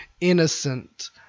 innocent